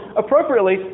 appropriately